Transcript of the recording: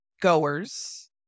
goers